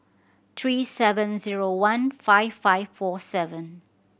three seven zero one five five four seven